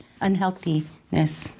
unhealthiness